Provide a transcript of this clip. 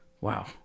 Wow